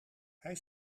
hij